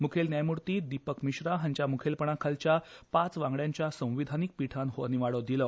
मुखेल न्यायमूर्ती दिपक मिश्रा हांच्या मुखेलपणा खालच्या पांच वांगड्यांच्या संविधानीक पिठान हो निवाडो दिलो